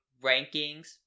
rankings